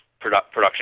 production